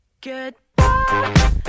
Goodbye